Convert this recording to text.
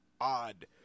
odd